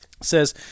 says